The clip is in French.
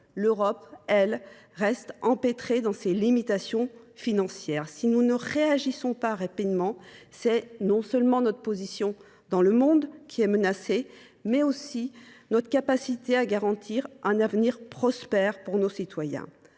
L’Europe, elle, reste empêtrée dans ses limites financières. Si nous ne réagissons pas rapidement, c’est non seulement notre position dans le monde qui est menacée, mais aussi notre capacité à garantir un avenir prospère à nos concitoyens.